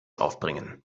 aufbringen